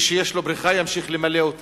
מי שיש לו בריכה, ימשיך למלא אותה,